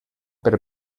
per